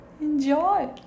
enjoy